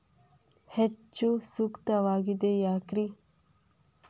ಹೆಚ್ಚು ಸೂಕ್ತವಾಗಿದೆ ಯಾಕ್ರಿ?